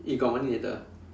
you got money later